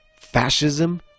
fascism